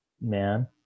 man